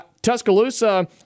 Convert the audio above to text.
tuscaloosa